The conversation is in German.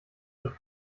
und